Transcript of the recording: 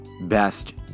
best